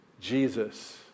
Jesus